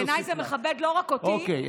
בעיניי זה מכבד לא רק אותי, הבנתי.